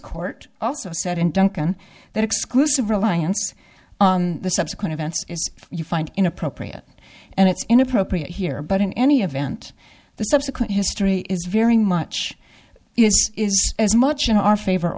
court also said in duncan that exclusive reliance the subsequent events you find inappropriate and it's inappropriate here but in any event the subsequent history is very much as much in our favor